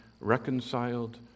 reconciled